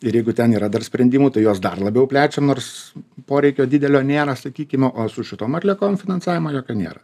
ir jeigu ten yra dar sprendimų tai jos dar labiau plečia nors poreikio didelio nėra sakykime o su šitom atliekom finansavimo jokio nėra